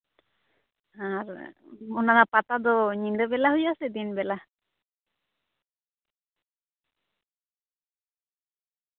ᱟᱨ ᱚᱱᱟ ᱯᱟᱛᱟ ᱫᱚ ᱧᱤᱫᱟᱹ ᱵᱮᱞᱟ ᱦᱩᱭᱩᱜᱼᱟ ᱥᱮ ᱫᱤᱱ ᱵᱮᱞᱟ